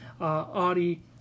Audi